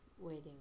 Waiting